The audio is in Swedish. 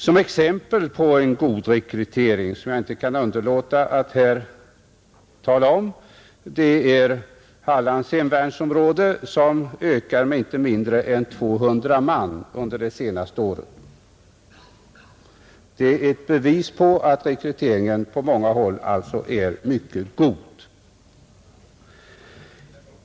Som exempel på en god rekrytering, som jag inte kan underlåta att här tala om, vill jag nämna att Hallands hemvärnsområde räknar med en nettoökning på inte mindre än 200 man i år. Det är ett bevis på att rekryteringen på många håll är mycket god.